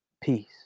Peace